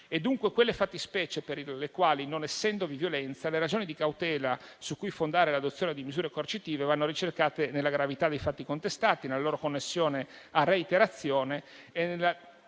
di quelle fattispecie per le quali, non essendovi violenza, le ragioni di cautela su cui fondare l'adozione di misure coercitive vanno ricercate nella gravità dei fatti contestati, nella loro connessione a reiterazione e nella